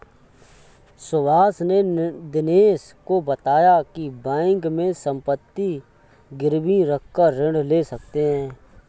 सुभाष ने दिनेश को बताया की बैंक में संपत्ति गिरवी रखकर ऋण ले सकते हैं